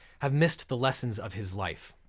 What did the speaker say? have missed the lessons of his life.